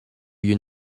you